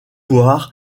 voir